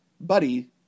Buddy